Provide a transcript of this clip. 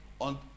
on